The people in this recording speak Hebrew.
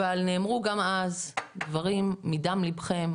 אבל נאמרו גם אז דברים מדם לבכם,